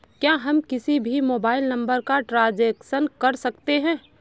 क्या हम किसी भी मोबाइल नंबर का ट्रांजेक्शन कर सकते हैं?